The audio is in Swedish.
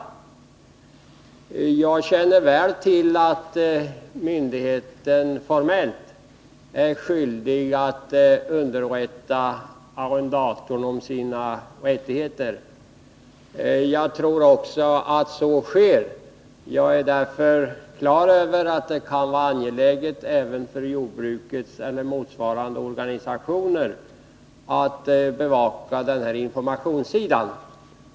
Jag känner väl till att myndigheterna formellt är skyldiga att underrätta en arrendator om hans rättigheter. Jag tror också att så sker. Jag är därför klar över att det kan vara angeläget även för jordbrukets eller motsvarande organisationer att bevaka informationssidan.